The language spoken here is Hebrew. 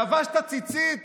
לבשת ציצית